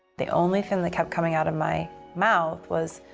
the only thing that kept coming out of my mouth was,